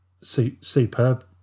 superb